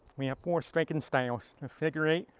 we have four striking styles figure eight,